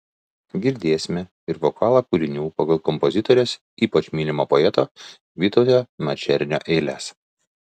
girdėsime ir vokalo kūrinių pagal kompozitorės ypač mylimo poeto vytauto mačernio eiles